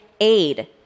aid